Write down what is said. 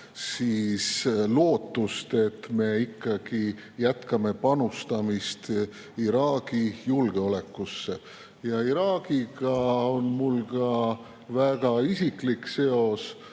lootust, et me ikkagi jätkame panustamist Iraagi julgeolekusse. Iraagiga on mul ka väga isiklik seos.